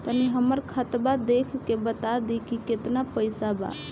तनी हमर खतबा देख के बता दी की केतना पैसा बा?